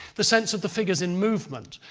the sense of the figures in movement.